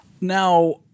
Now